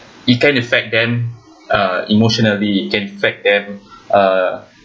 it can effect them uh emotionally it can effect them uh